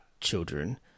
children